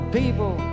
people